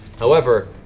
however,